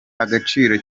agaciro